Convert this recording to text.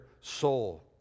soul